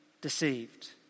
deceived